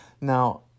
Now